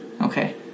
Okay